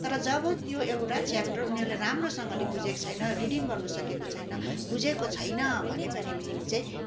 तर जब त्यो एउटा च्याप्टर उनीहरूले राम्रोसँगले बुझेको छैन रिडिङ गर्नु सकेको छैन बुझेको छैन भन्यो भने चाहिँ